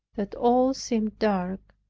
that all seemed dark,